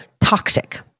toxic